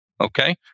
Okay